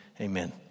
amen